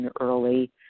early